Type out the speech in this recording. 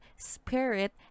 spirit